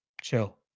Chill